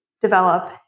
develop